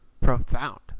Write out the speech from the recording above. profound